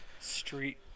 street